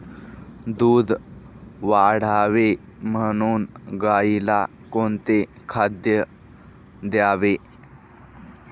दूध वाढावे म्हणून गाईला कोणते खाद्य द्यावे?